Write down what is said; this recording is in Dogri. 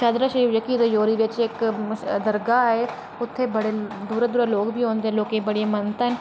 शहादरा शरीफ रजौरी बिच जेह्की इक्क दरगाह ऐ उत्थै बड़े दूरा दे लोक बी औंदे ते लोकें दी बड़ी मानता ऐ